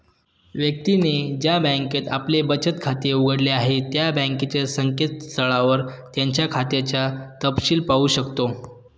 व्यक्तीने ज्या बँकेत आपले बचत खाते उघडले आहे त्या बँकेच्या संकेतस्थळावर त्याच्या खात्याचा तपशिल पाहू शकतो